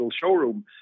showroom